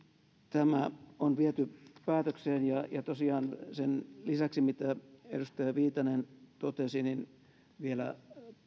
tämä on viety päätökseen ja tosiaan sen lisäksi mitä edustaja viitanen totesi vielä